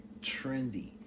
trendy